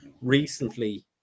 recently